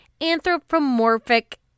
anthropomorphic